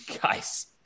guys